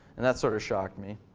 and that sort of shocked me.